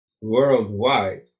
worldwide